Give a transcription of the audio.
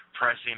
Pressing